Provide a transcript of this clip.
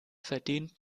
verdient